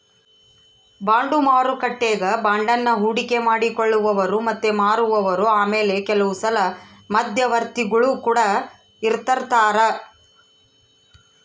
bond ಮಾರುಕಟ್ಟೆಗ ಬಾಂಡನ್ನ ಹೂಡಿಕೆ ಮಾಡಿ ಕೊಳ್ಳುವವರು ಮತ್ತೆ ಮಾರುವವರು ಆಮೇಲೆ ಕೆಲವುಸಲ ಮಧ್ಯವರ್ತಿಗುಳು ಕೊಡ ಇರರ್ತರಾ